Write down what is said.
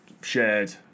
shared